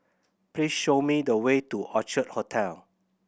please show me the way to Orchid Hotel